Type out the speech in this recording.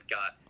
got